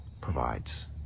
provides